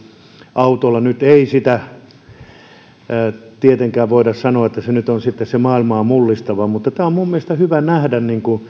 autolla nyt ei tietenkään voida sanoa että se nyt on sitten maailmaa mullistavaa on mielestäni hyvä nähdä